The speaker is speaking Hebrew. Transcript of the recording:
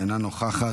אינה נוכחת,